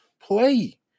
play